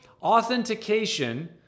authentication